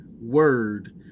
word